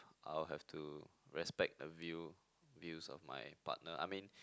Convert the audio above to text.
I will have to respect the view views of my partner I mean